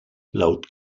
laut